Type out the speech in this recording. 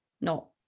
No